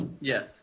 Yes